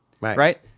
right